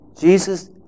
Jesus